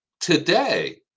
today